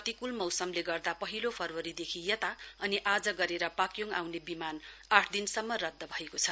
प्रतिकूल मौसमले गर्दा पहिलो फरवरीदेखि यता अनि आज गरेर पाक्योङ आउने विमान आठ दिनसम्म रद्द भएको छ